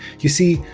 you see,